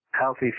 healthy